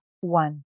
one